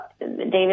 David